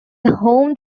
home